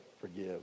forgive